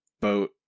boat